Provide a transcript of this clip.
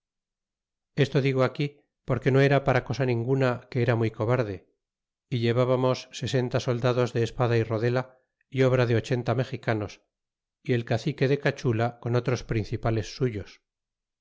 esto digo aquí porque no era para cosa ninguna que era muy cobarde y llevábamos sesenta soldados de espada y rodela y obra de ochenta mexicanos y el cacique de cachula con otros principales suyos